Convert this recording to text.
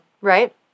Right